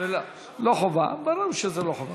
לא חובה, ברור שזה לא חובה.